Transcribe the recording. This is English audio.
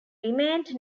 remained